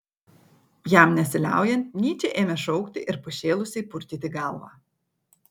jam nesiliaujant nyčė ėmė šaukti ir pašėlusiai purtyti galvą